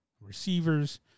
receivers